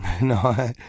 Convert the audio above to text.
no